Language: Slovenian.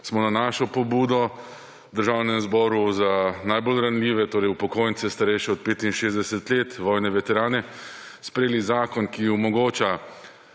smo na našo pobudo v Državnem zboru za najbolj ranljive, torej upokojence, starejše od 65 let, vojne veterane, sprejeli zakon, ki omogoča